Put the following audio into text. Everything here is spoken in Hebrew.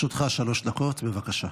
לרשותך שלוש דקות, בבקשה.